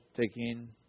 taking